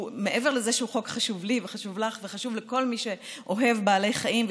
מעבר לזה שהוא חוק חשוב לי וחשוב לך וחשוב לכל מי שאוהב בעלי חיים.